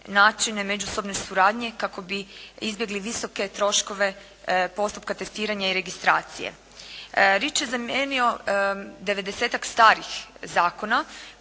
načine međusobne suradnje kako bi izbjegli visoke troškove postupka testiranja i registracije. REACH je zamijenio devedesetak starih zakona